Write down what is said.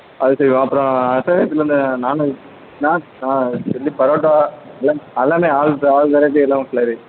அது செய்வோம் அப்புறோம் அடுத்தது அந்த நான்வெஜ் நான் ஆ சில்லி பரோட்டா எல்லாம் அல்லாமே ஆல் த ஆல் வெரைட்டி எல்லாமே ஃபுல்லாவே